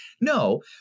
No